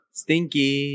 stinky